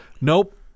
Nope